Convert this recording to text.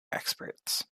experts